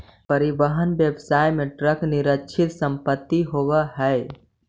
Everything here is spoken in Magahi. परिवहन व्यवसाय में ट्रक निश्चित संपत्ति होवऽ हई